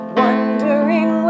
wondering